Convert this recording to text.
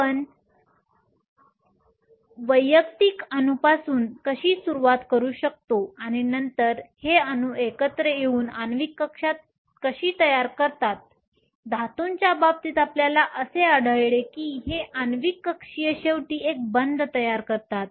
आपण वैयक्तिक अणूंपासून कशी सुरुवात करू शकता आणि नंतर हे अणू एकत्र येऊन आण्विक कक्षा तयार करतात धातूंच्या बाबतीत आपल्याला असे आढळते की हे आण्विक कक्षीय शेवटी एक बंध तयार करतात